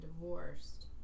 divorced